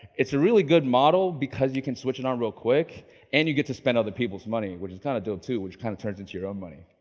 it's a really good model because you can switch it on real quick and you get to spend other people's money, which is kind of dope too, which kind of turns into your own money,